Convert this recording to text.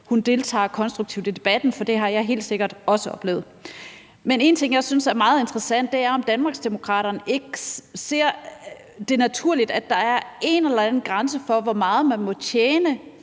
hun deltager konstruktivt i debatten, for det har jeg helt sikkert også oplevet. Men en ting, som jeg synes er meget interessant, er, om Danmarksdemokraterne ikke ser, at det er naturligt, at der er en eller anden grænse for, hvor meget man må tjene,